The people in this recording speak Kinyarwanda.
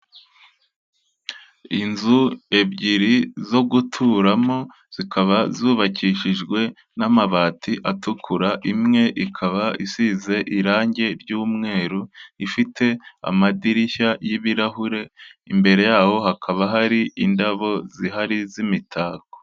Inzu ebyiri zo guturamo zikaba zubakishijwe n'amabati atukura, imwe ikaba isize irangi ry'umweru, ifite amadirishya y'ibirahure, imbere ya hakaba hari indabo zihari z'imitako.